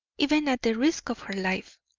even at the risk of her life.